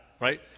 right